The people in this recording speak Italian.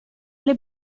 alle